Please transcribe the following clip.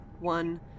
one